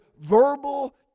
verbal